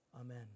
Amen